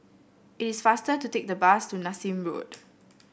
it is faster to take the bus to Nassim Road